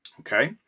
Okay